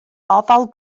ofal